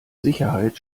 sicherheit